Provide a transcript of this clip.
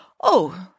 Oh